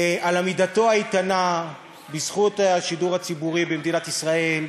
על עמידתו האיתנה בזכות השידור הציבורי במדינת ישראל.